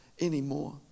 anymore